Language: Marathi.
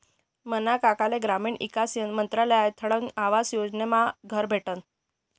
मना काकाले ग्रामीण ईकास मंत्रालयकडथून आवास योजनामा घर भेटनं